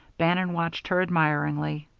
bannon watched her admiringly.